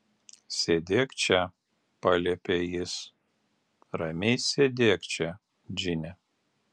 sėdėk čia paliepė jis ramiai sėdėk čia džine